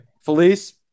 Felice